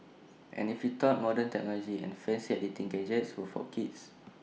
and if you thought modern technology and fancy editing gadgets were for kids